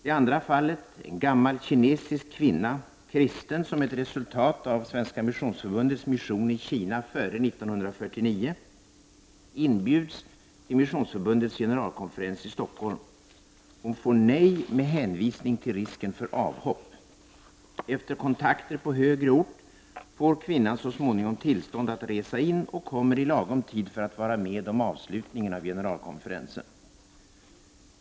Det andra fallet handlar om en gammal kinesisk kvinna som är kristen som ett resultat av Svenska missionsförbundets mission i Kina före 1949. Kvinnan inbjuds till Missionsförbundets generalkonferens i Stockholm. Hon får nej med hänvisning till risken för avhopp. Efter kontakter på högre ort får kvinnan så småningom tillstånd att resa in och kommer i lagom tid för att vara med om avslutningen av generalkonferensen.